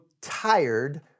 tired